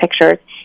pictures